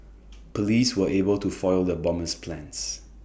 Police were able to foil the bomber's plans